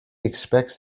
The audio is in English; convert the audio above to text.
expects